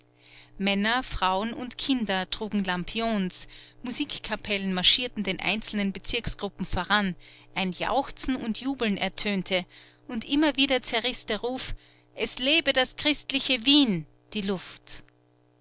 männer frauen und kinder trugen lampions musikkapellen marschierten den einzelnen bezirksgruppen voran ein jauchzen und jubeln ertönte und immer wieder zerriß der ruf es lebe das christliche wien die luft